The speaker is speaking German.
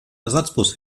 ersatzbus